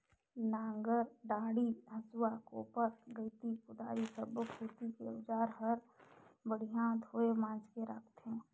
नांगर डांडी, हसुआ, कोप्पर गइती, कुदारी सब्बो खेती के अउजार हल बड़िया धोये मांजके राखथे